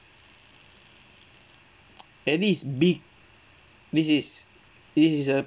at least big this is this is a